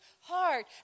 heart